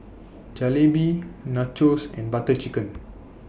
Jalebi Nachos and Butter Chicken